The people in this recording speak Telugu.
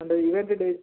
అంటే ఈవెంట్ డే